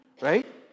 right